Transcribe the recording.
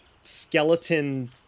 skeleton